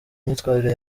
imyitwarire